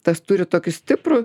tas turi tokį stiprų